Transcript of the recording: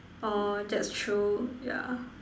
orh that's true yeah